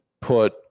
put